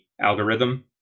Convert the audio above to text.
algorithm